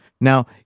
Now